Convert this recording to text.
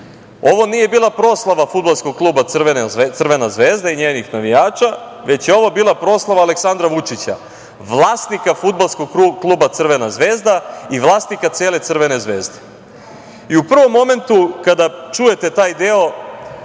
ovo nije bila proslava fudbalskog kluba Crvena Zvezda i njenih navijača, već je ovo bila proslava Aleksandra Vučića vlasnika fudbalskog kluba Crvena Zvezda i vlasnika cele Crvene Zvezde.U prvom momentu, kada čujete taj deo